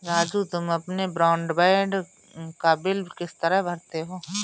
राजू तुम अपने ब्रॉडबैंड का बिल किस तरह भरते हो